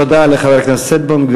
תודה לחבר הכנסת שטבון.